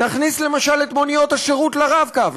נכניס למשל את מוניות השירות ל"רב-קו",